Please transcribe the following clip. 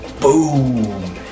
boom